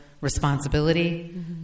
responsibility